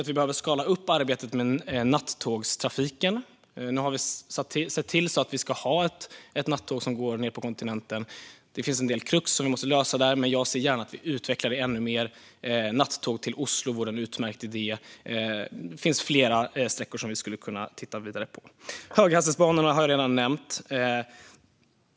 Vi behöver skala upp arbetet med nattågstrafiken. Nu har vi bestämt att vi ska ha ett nattåg som går ned på kontinenten. Det finns lite krux att lösa, men jag ser gärna att vi utvecklar detta ännu mer. Ett nattåg till Oslo vore utmärkt, och det finns fler sträckor att titta vidare på. Höghastighetsbanorna har jag redan nämnt.